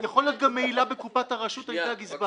אז יכולה להיות גם מעילה בכספי הרשות על ידי הגזבר.